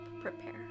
prepare